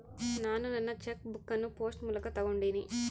ನಾನು ನನ್ನ cheque book ಅನ್ನು ಪೋಸ್ಟ್ ಮೂಲಕ ತೊಗೊಂಡಿನಿ